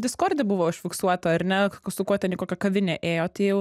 diskorde buvo užfiksuota ar ne su kuo ten į kokią kavinę ėjo tai jau